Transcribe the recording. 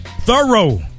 thorough